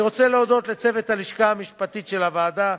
אני רוצה להודות לצוות הלשכה המשפטית של הוועדה: